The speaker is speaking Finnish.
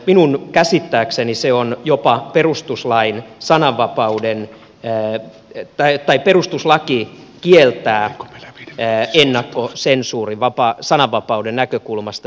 minun käsittääkseni jopa perustuslaki kieltää ennakkosensuurin sananvapauden näkökulmasta